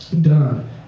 done